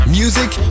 music